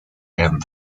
and